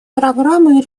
программы